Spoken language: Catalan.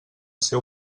seu